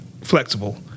flexible